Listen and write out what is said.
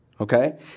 Okay